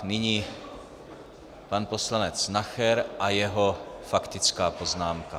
Nyní pan poslanec Nacher a jeho faktická poznámka.